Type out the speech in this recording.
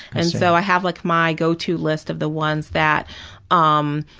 and so i have like my go to list of the ones that um